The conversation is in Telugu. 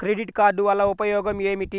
క్రెడిట్ కార్డ్ వల్ల ఉపయోగం ఏమిటీ?